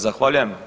Zahvaljujem.